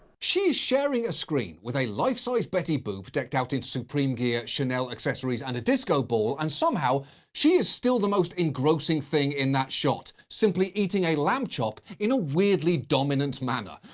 she's sharing a screen with a life-sized betty boop decked out in supreme gear, chanel accessories, and a disco ball, and somehow she is still the most engrossing thing in that shot, simply eating a lamb chop in a weirdly dominant manner.